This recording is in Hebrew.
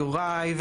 יוראי,